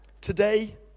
today